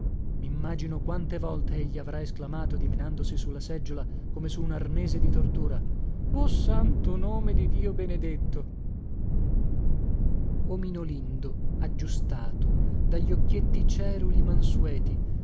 mimmagino quante volte egli avrà esclamato dimenandosi su la seggiola come su un arnese di tortura oh santo nome di dio benedetto omino lindo aggiustato dagli occhietti ceruli mansueti